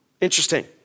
Interesting